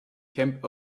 camp